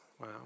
Wow